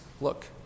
look